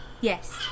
Yes